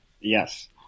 Yes